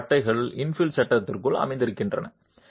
C பட்டைகள் infill சட்டத்திற்குள் அமர்ந்திருக்கின்றன